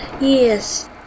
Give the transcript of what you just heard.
yes